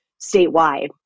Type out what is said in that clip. statewide